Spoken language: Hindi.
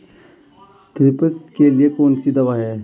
थ्रिप्स के लिए कौन सी दवा है?